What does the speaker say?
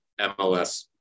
MLS